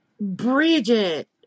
Bridget